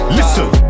Listen